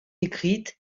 écrite